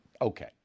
Okay